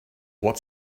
what